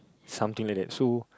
something like that so